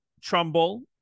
Trumbull